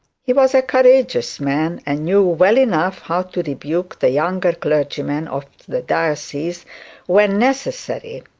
he was a courageous man, and knew well enough how to rebuke the younger clergymen of the diocese when necessary.